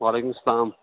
وعیکُم اسلام